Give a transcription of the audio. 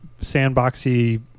sandboxy